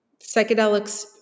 psychedelics